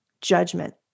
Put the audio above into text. judgment